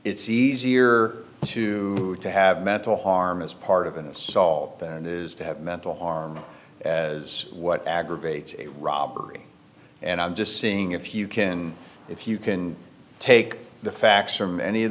it's easier to to have mental harm as part of an assault that is to have mental harm as what aggravates a robbery and i'm just seeing if you can if you can take the facts from any of